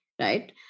right